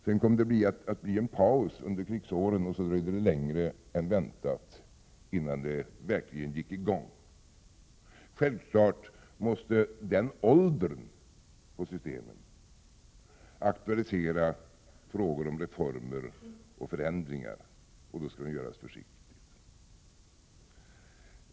Det kom sedan att bli en paus under krigsåren, och sedan dröjde det längre än väntat, innan det verkligen kom i gång. Systemets ålder måste självfallet aktualisera frågor om reformer och förändringar. Sådana skall dock göras försiktigt.